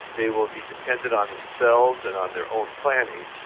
they will be dependent on themselves and on their own planning,